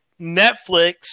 Netflix